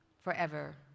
forever